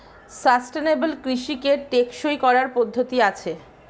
sustainable কৃষিকে টেকসই করার পদ্ধতি আছে